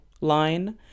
line